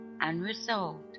Unresolved